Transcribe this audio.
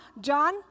John